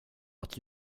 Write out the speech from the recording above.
att